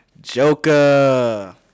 Joker